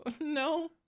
no